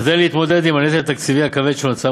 כדי להתמודד עם הנטל התקציבי הכבד שנוצר,